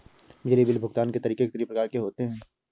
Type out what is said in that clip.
बिजली बिल भुगतान के तरीके कितनी प्रकार के होते हैं?